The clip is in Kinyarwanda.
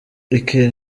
iker